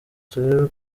turebe